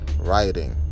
writing